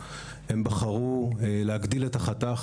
הם בחרו לא להשתמש בכפות, הם בחרו להגדיל את החתך.